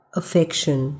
affection